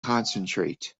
concentrate